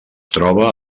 troba